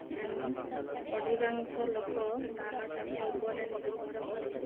ଏଣୁ ଅଧିକାଂଶ ଲୋକ ଧାନଚାଷ ଉପରେ ନିର୍ଭର କରି